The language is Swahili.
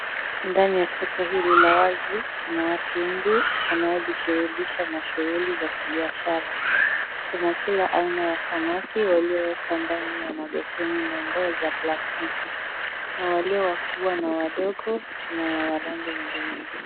Ndani ya soko hili la wazi kuna watu wengi wanaojishughulisha na shughuli za kibiashara, kuna kila aina ya samaki waliowekwa ndani ya mabeseni na ndoo za plastiki. Kuna wale wakubwa na wadogo na wa rangi nyingi nyingi.